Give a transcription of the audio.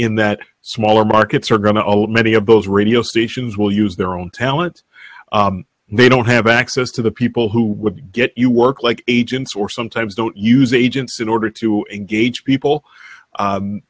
in that smaller markets are going to many of those radio stations will use their own talent they don't have access to the people who get you work like agents or sometimes don't use agents in order to engage people